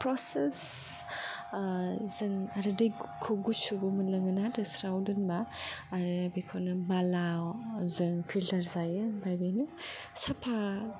process जों आरो दैखौ गुसुबो मोनलोङो ना देस्रावआव दोनबा आरो बेखौनो बालाजों फिल्टार जायो ओमफ्राय बेनो साफा